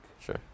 Sure